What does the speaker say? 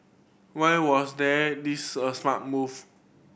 why was they this a smart move